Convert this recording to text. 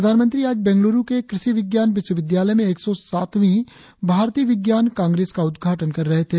प्रधानमंत्री आज बंगलुरु के कृषि विज्ञान विश्वविद्यालय में एक सौ सातवीं भारतीय विज्ञान कांग्रेस का उद्घाटन कर रहे थे